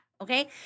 okay